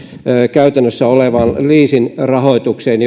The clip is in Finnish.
käytännössä olevaan leasing rahoitukseen